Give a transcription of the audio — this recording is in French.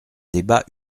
débat